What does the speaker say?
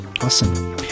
Awesome